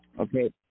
Okay